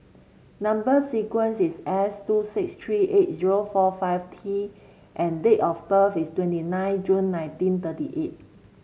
number sequence is S two six three eight zero four five T and date of birth is twenty nine June nineteen thirty eight